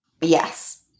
Yes